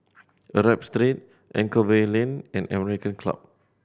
Arab Street Anchorvale Lane and American Club